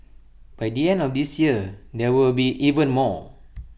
by the end of this year there will be even more